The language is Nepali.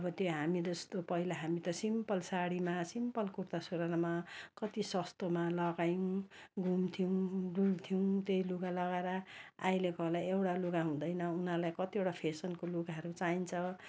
अब त्यो हामी जस्तो पहिला हामी त सिम्पल साडीमा सिम्पल कुर्ता सुरुवालमा कति सस्तोमा लगायौँ घुम्थ्यौँ डुल्थ्यौँ त्यही लुगा लगाएर अहिलेकोहरूलाई एउटा लुगा हुँदैन उनीहरूलाई कतिवटा फेसनको लुगाहरू चाहिन्छ